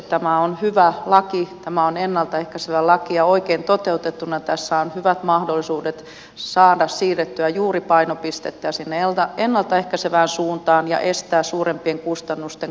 tämä on ennalta ehkäisevä laki ja oikein toteutettuna tässä on hyvät mahdollisuudet saada siirrettyä juuri painopistettä sinne ennalta ehkäisevään suuntaan ja estää suurempien kustannusten kasvu